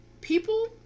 People